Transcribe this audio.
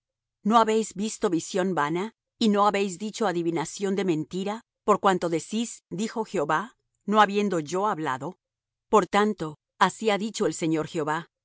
no habéis visto visión vana y no habéis dicho adivinación de mentira por cuanto decís dijo jehová no habiendo yo hablado por tanto así ha dicho el señor jehová